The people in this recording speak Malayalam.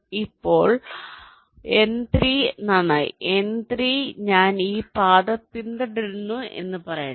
അപ്പോൾ N3 നന്നായി N3 ഞാൻ ഈ പാത പിന്തുടരുന്നുവെന്ന് പറയട്ടെ